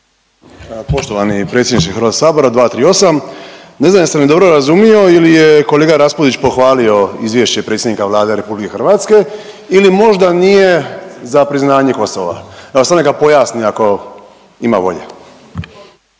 Poštovani predsjedniče HS-a, 238. Ne znam jesam li dobro razumio ili je kolega Raspudić pohvalio Izvješće predsjednika Vlade RH ili možda nije za priznanje Kosova? Evo, samo neka pojasni, ako ima volje.